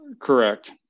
Correct